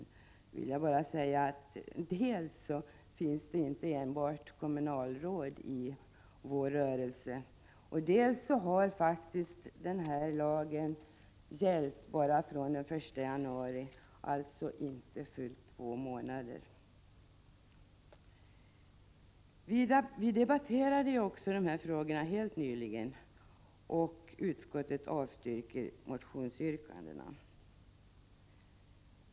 Då vill jag bara säga att dels finns det inte enbart kommunalråd i vår rörelse, dels har faktiskt den här lagen gällt bara från den 1 januari, alltså inte fullt två månader. Vi debatterade också de här frågorna helt nyligen. Utskottet avstyrker motionsyrkandena.